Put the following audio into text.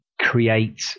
create